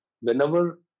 whenever